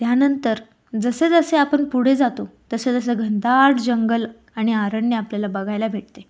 त्यानंतर जसेजसे आपण पुढे जातो तसंतसं घनदाट जंगल आणि अरण्य आपल्याला बघायला भेटते